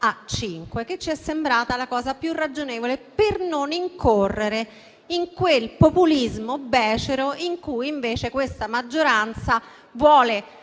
a cinque. Ci è sembrata questa la cosa più ragionevole per non incorrere in quel populismo becero in cui invece questa maggioranza vuole